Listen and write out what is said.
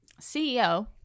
ceo